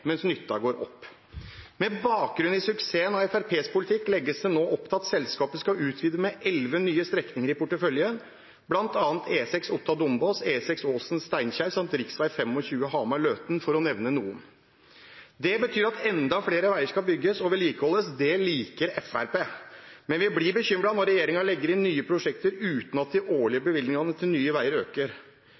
mens nytten går opp. Med bakgrunn i suksessen med Fremskrittspartiets politikk legges det nå opp til at selskapet skal utvide med 11 nye strekninger i porteføljen, bl.a. E6 Otta–Dombås, E6 Åsen–Steinkjer samt rv. 25 Hamar–Løten, for å nevne noen. Det betyr at enda flere veier skal bygges og vedlikeholdes. Det liker Fremskrittspartiet, men vi blir bekymret når regjeringen legger inn nye prosjekter uten at de årlige bevilgningene til Nye Veier øker.